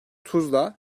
tuzla